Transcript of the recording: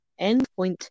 Endpoint